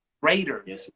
greater